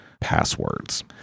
passwords